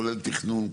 כולל תכנון,